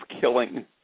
killing